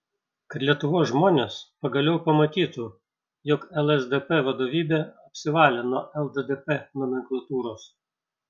kad lietuvos žmonės pagaliau pamatytų jog lsdp vadovybė apsivalė nuo lddp nomenklatūros